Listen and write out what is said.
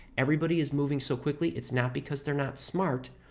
everybody is moving so quickly, it's not because they're not smart,